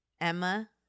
Emma